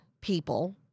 people